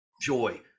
joy